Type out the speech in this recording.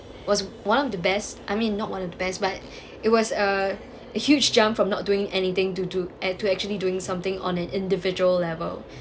was one of the best I mean not one of the best but it was a huge jump from not doing anything to do to actually doing something on an individual level